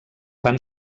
van